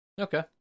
Okay